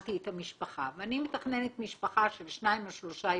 תכננתי את המשפחה ואני מתכננת משפחה של שניים או שלושה ילדים.